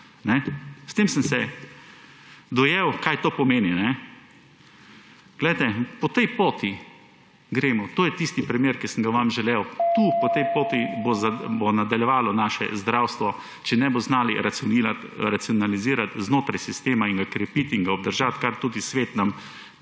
S tem sem dojel, kaj to pomeni. Poglejte, po tej poti gremo. To je tisti primer, ki sem ga vam želel povedati. Tu, po tej poti bo nadaljevalo naše zdravstvo, če ne bomo znali racionalizirati znotraj sistema in ga krepiti in ga obdržati, kar tudi svet nam